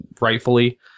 rightfully